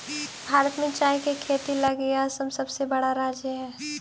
भारत में चाय के खेती लगी असम सबसे बड़ा राज्य हइ